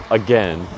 again